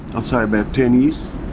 ah say about ten years